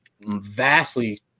vastly